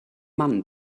mann